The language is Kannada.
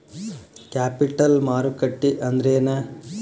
ಕ್ಯಾಪಿಟಲ್ ಮಾರುಕಟ್ಟಿ ಅಂದ್ರೇನ?